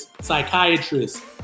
psychiatrists